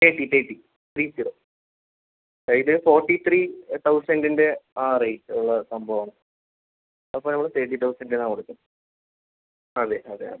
thirty thirty three zero അതായത് forty three തൗസൻ്റിൻ്റെ ആ റേറ്റ് ഉള്ള സംഭവമാണ് അപ്പം നമ്മൾ തെർട്ടി തൗസൻ്റിനാണ് കൊടുക്കുന്നത് അതെ അതെ അതെ